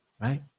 right